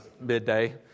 midday